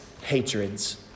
hatreds